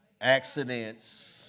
accidents